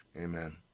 Amen